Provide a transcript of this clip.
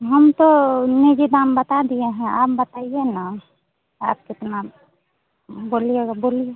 हम तो निजी दाम बता दिए हैं आप बताइए ना आप कितना बोलिएगा बोलिए